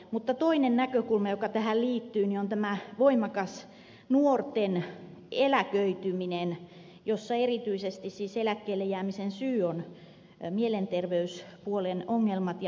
mutta toinen näkökulma joka tähän liittyy on tämä voimakas nuorten eläköityminen jossa erityisesti eläkkeelle jäämisen syitä ovat mielenterveyspuolen ongelmat ja masentuneisuus